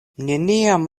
neniam